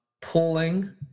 pulling